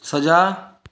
ਸਜ਼ਾ